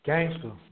Gangster